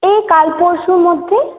এই কাল পরশুর মধ্যে